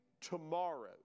tomorrow